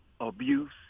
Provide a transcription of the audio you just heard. abuse